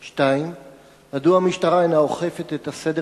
2. מדוע המשטרה אינה אוכפת את הסדר